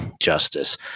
justice